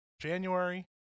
January